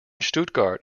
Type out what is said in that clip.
stuttgart